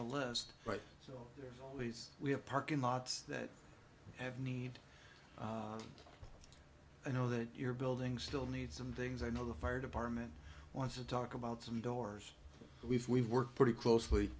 right so there's always we have parking lots that have need i know that your building still needs some things i know the fire department wants to talk about some doors we've we've worked pretty closely